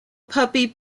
puppy